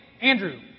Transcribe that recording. Andrew